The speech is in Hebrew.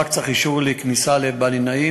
רק צריך אישור כניסה לבני-נעים.